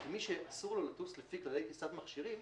מי שאסור לו לטוס לפי כללי טיסת מכשירים,